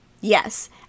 Yes